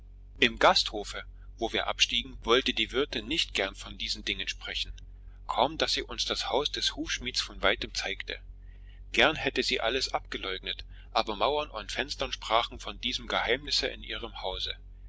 im gasthofe wo wir abstiegen wollte die wirtin nicht gern von diesen dingen sprechen kaum daß sie uns das haus des hufschmieds von weitem zeigte gern hätte sie alles abgeleugnet aber mauern und fenstern sprachen von diesem geheimnisse in ihrem hause